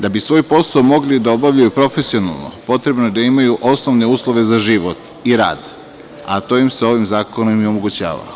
Da bi svoj posao mogli da obavljaju profesionalno, potrebno je da imaju osnovne uslove za život i rad, a to im se ovim zakonom i omogućava.